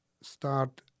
start